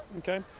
okay,